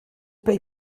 paye